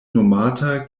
nomata